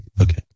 Okay